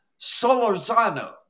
Solorzano